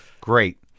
Great